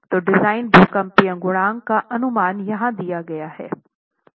तो डिजाइन भूकंपीय गुणांक का अनुमान यहां दिया गया है